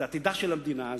זה עתידה של המדינה.